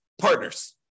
partners